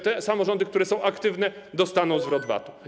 Te samorządy, które są aktywne, dostaną zwrot VAT-u.